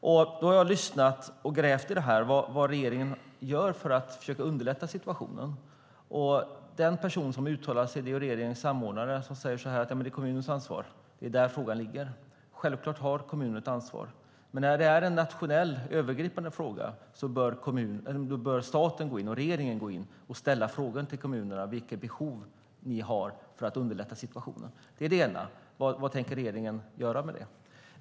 Jag har lyssnat och grävt i vad regeringen gör för att försöka underlätta situationen. Den person som har uttalat sig är regeringens samordnare, som säger att det är kommunens ansvar, att det är där frågan ligger. Självklart har kommunen ett ansvar. Men när det handlar om en nationell, övergripande fråga bör staten och regeringen gå in och fråga kommunerna vilka behov de har, för att underlätta situationen. Det är det ena. Vad tänker regeringen göra med detta?